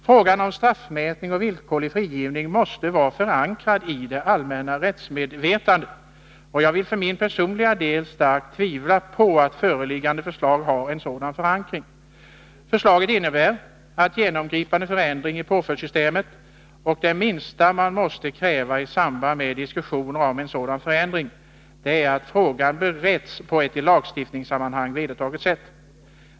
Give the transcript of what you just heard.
Frågan om straffmätning och villkorlig frigivning måste vara förankrad i det allmänna rättsmedvetandet, och jag tvivlar för min personliga del starkt på att föreliggande förslag har en sådan förankring. Förslaget innebär en genomgripande förändring i påföljdssystemet, och det minsta man måste kräva i samband med diskussioner om sådana förändringar är att frågan beretts på ett i lagstiftningssammanhang vedertaget sätt.